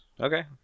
Okay